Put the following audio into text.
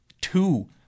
two